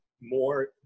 more